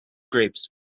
grapes